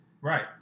Right